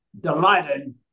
delighted